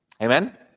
Amen